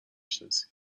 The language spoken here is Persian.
شناسی